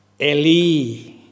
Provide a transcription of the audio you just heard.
Eli